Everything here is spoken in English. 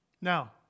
Now